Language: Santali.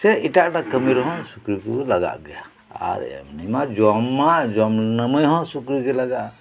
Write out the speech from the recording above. ᱥᱮ ᱮᱴᱟᱜ ᱮᱴᱟᱜ ᱠᱟᱹᱢᱤ ᱨᱮᱦᱚᱸ ᱥᱩᱠᱨᱤ ᱠᱚ ᱞᱟᱜᱟᱜ ᱜᱮᱭᱟ ᱟᱨ ᱮᱢᱱᱤ ᱢᱟ ᱡᱚᱢ ᱢᱟ ᱡᱚᱢ ᱱᱟᱹᱢᱟᱹᱭ ᱦᱚᱸ ᱥᱩᱠᱨᱤ ᱜᱮ ᱞᱟᱜᱟᱜᱼᱟ